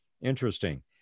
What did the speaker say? Interesting